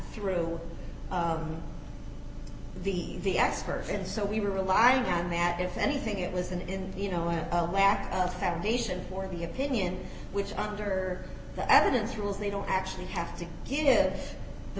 through the the expert and so we were relying on that if anything it was an end you know a lack of foundation for the opinion which under the evidence rules they don't actually have to give the